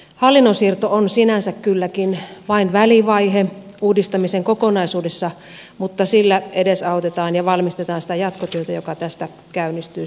hallinnon siirto on sinänsä kylläkin vain välivaihe uudistamisen kokonaisuudessa mutta sillä edesautetaan ja valmistetaan sitä jatkotyötä joka tästä käynnistyy seuraavaksi